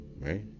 right